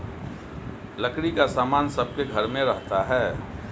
लकड़ी का सामान सबके घर में रहता है